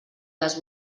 les